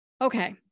Okay